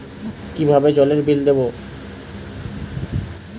কিভাবে জলের বিল দেবো?